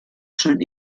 schon